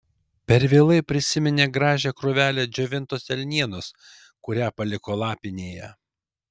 per vėlai prisiminė gražią krūvelę džiovintos elnienos kurią paliko lapinėje